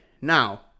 now